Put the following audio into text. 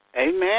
Amen